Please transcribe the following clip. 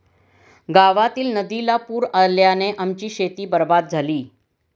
गावातील नदीला पूर आल्याने आमची शेती बरबाद झाली